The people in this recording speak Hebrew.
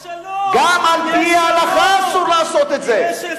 יש שלום, יש הסכם שלום, איש ההלכה.